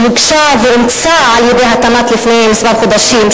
שהוגשה ואומצה על-ידי התמ"ת לפני כמה חודשים,